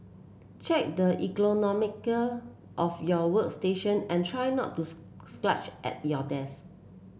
check the ergonomics of your workstation and try not to slouch at your desk